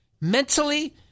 mentally